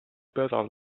better